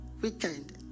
weekend